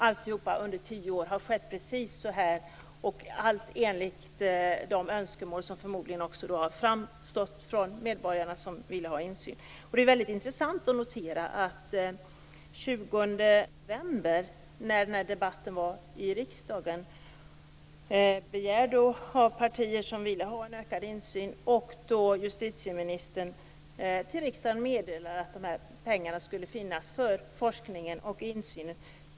Alltihop har under tio år skett precis på det sättet, och helt enligt de önskemål som har framförts från de medborgare som vill ha insyn. Det är väldigt intressant att notera vad som sades i den debatt som var här i riksdagen den 20 november och som begärdes av de partier som ville ha en ökad insyn. Justitieministern meddelande då till riksdagen att dessa pengar skulle finnas för forskning och insyn.